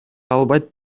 албайт